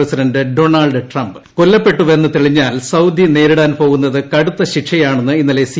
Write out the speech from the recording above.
president Donald Khashoggi കൊല്ലപ്പെട്ടുവെന്ന് തെളിഞ്ഞാൽ സ്നാദി നേരിടാൻ പോകുന്നത് കടുത്തശിക്ഷയാണെന്ന് ഇന്നല്ല സി